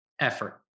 effort